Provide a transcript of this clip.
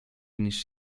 niż